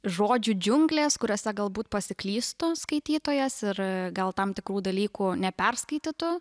žodžių džiunglės kuriose galbūt pasiklystų skaitytojas ir gal tam tikrų dalykų neperskaitytų